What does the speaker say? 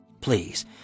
Please